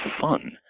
fun